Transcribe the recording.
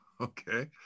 okay